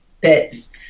bits